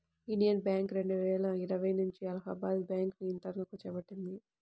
Indian bank రెండువేల ఇరవై నుంచి అలహాబాద్ బ్యాంకు నియంత్రణను చేపట్టింది